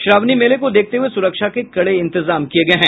श्रावणी मेले को देखते हुए सुरक्षा के कड़े इंतजाम किये गये हैं